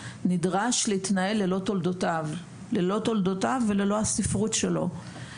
נדרש להתנהל ללא תולדותיו וללא הספרות שלו.